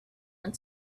and